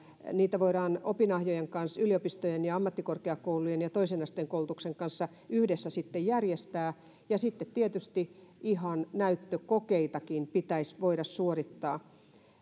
niitä voidaan opinahjojen yliopistojen ja ammattikorkeakoulujen ja toisen asteen koulutuksen kanssa yhdessä järjestää ja sitten tietysti ihan näyttökokeitakin pitäisi voida suorittaa